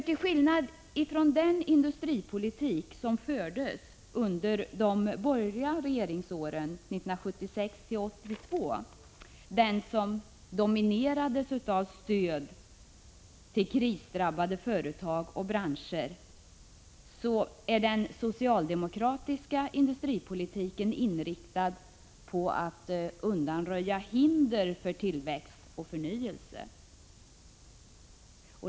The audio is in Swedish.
Till skillnad från den industripolitik som fördes under de borgerliga regeringsåren 1976-1982, den som dominerades av stöd till krisdrabbade företag och branscher, är den socialdemokratiska industripolitiken inriktad på att undanröja hinder för tillväxt och förnyelse.